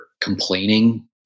complaining